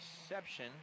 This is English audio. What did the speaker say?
reception